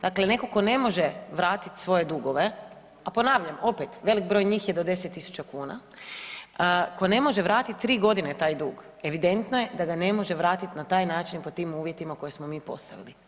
Dakle, netko tko ne može vratiti svoje dugove, a ponavljam opet veliki broj njih je do 10.000 kuna, tko ne može vratiti 3 godine taj dug evidentno je da ga ne može vratiti na taj način i pod tim uvjetima koje smo mi postavili.